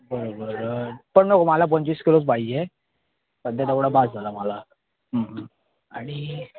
बरं बरं पण नको मला पंचवीस किलोच पाहिजे सध्या तेवढा बस झाला मला आणि